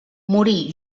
morí